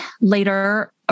later